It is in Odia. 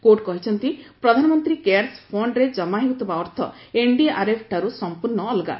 କୋର୍ଟ କହିଛନ୍ତି ପ୍ରଧାନମନ୍ତ୍ରୀ କେୟାର୍ସ ଫଣ୍ଡରେ ଜମା ହେଉଥିବା ଅର୍ଥ ଏନ୍ଡିଆର୍ଏଫ୍ ଠାରୁ ସମ୍ପୂର୍ଣ୍ଣ ଅଲଗା